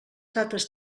dates